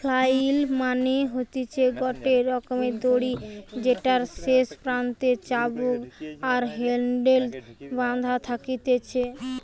flail মানে হতিছে গটে রকমের দড়ি যেটার শেষ প্রান্তে চাবুক আর হ্যান্ডেল বাধা থাকতিছে